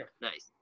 Nice